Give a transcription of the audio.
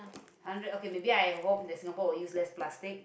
hundred okay maybe I hope that Singapore will use less plastic